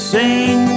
sing